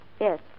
Yes